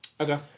Okay